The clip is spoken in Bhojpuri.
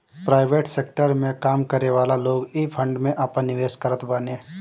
प्राइवेट सेकटर में काम करेवाला लोग इ फंड में आपन निवेश करत बाने